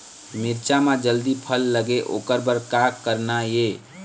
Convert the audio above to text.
मिरचा म जल्दी फल लगे ओकर बर का करना ये?